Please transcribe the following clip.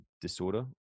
disorder